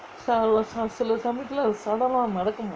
சில சமயத்துலே சடலம் லாம் மெதக்குமா:sila samayathulae sadalam laam maethakumaa